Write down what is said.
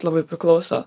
labai priklauso